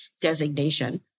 designation